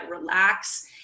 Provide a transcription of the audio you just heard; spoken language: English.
relax